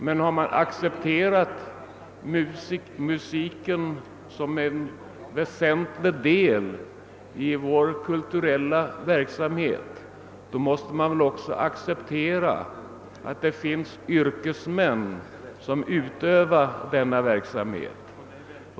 Men om man accepterar musiken som en väsentlig del i vår kulturella verksamhet, måste man också acceptera att det finns yrkesmän som utövar denna verksamhet.